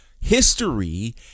history